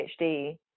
PhD